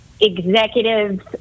executives